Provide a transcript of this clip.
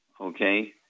okay